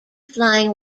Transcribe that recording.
flying